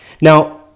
Now